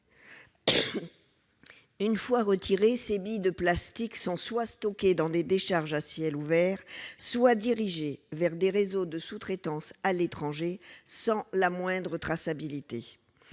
Une fois retirées, ces billes de plastique sont soit stockées dans des décharges à ciel ouvert, soit dirigées vers des réseaux de sous-traitance à l'étranger, sans la moindre traçabilité.